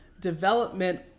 Development